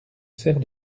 sers